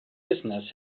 business